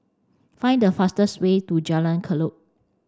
find the fastest way to Jalan Kelulut